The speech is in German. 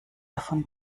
davon